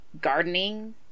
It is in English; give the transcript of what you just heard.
gardening